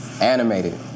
animated